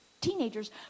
teenagers